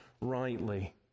rightly